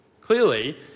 Clearly